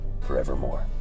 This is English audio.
forevermore